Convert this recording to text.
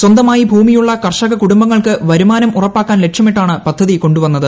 സ്വന്തമായി ഭൂമിയുള്ള കർഷക കുടുംബങ്ങൾക്ക് വരുമാനം ഉറപ്പാക്കാൻ ലക്ഷ്യമിട്ടാണ് പദ്ധതി കൊണ്ടുവന്നത്